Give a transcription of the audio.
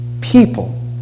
people